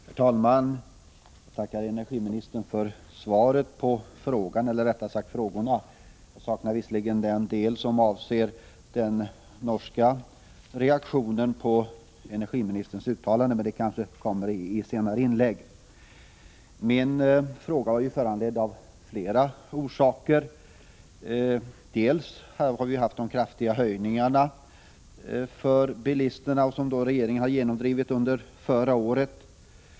Herr talman! Jag tackar energiministern för svaret på frågorna. Jag saknar visserligen den del som avser den norska reaktionen på energiministerns uttalande, men det kanske kommer i senare inlägg. Min fråga var föranledd av flera olika förhållanden. Det gäller för det första de kraftiga kostnadshöjningar för bilisterna som regeringen har genomdrivit under förra året.